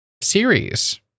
series